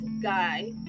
guy